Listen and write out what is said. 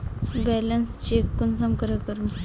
Balance check कुंसम करे करूम?